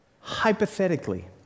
Hypothetically